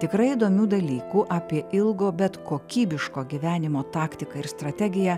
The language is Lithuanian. tikrai įdomių dalykų apie ilgo bet kokybiško gyvenimo taktiką ir strategiją